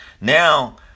now